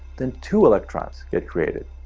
then two electrons get created,